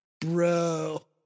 Bro